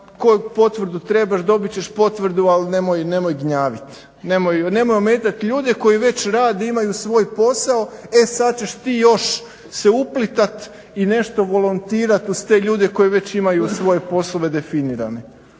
koju potvrdu trebaš, dobit ćeš potvrdu ali nemoj gnjaviti, nemoj ometati ljude koji već rade i imaju svoj posao e sada ćeš ti još se uplitati i nešto volontirati uz te ljude koji već imaju svoje poslove definirane.